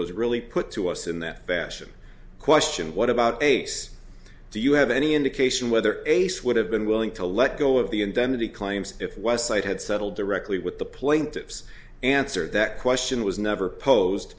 was really put to us in that fashion question what about a case do you have any indication whether ace would have been willing to let go of the indemnity claims if west side had settled directly with the plaintiff's answer that question was never posed